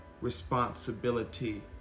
responsibility